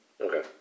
Okay